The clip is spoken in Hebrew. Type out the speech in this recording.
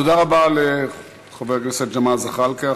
תודה רבה לחבר הכנסת ג'מאל זחאלקה.